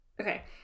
Okay